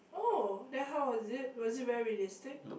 oh then how was it was it very realistic